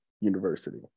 University